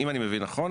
אם אני מבין נכון,